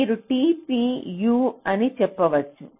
మీరు tpU అని చెప్పవచ్చు